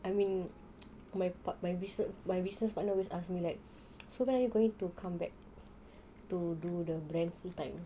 I mean my part~ my my business partner always ask me like so when are you going to come back to do the brand full time